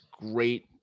great